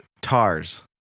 Tars